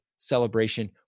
celebration